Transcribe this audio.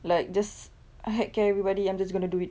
like just I heck care everybody I'm just going to do it